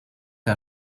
que